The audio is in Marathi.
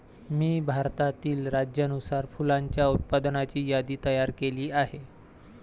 मी भारतातील राज्यानुसार फुलांच्या उत्पादनाची यादी तयार केली आहे